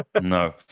No